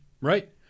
right